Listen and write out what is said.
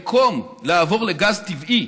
במקום לעבור לגז טבעי,